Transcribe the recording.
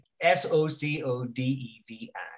S-O-C-O-D-E-V-I